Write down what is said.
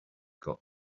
got